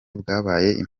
bwabaye